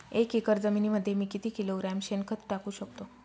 एक एकर जमिनीमध्ये मी किती किलोग्रॅम शेणखत टाकू शकतो?